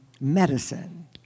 medicine